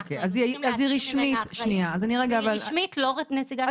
ואנחנו צריכים להסיר ממנה אחריות והיא רשמית לא נציגה שלנו.